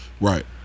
Right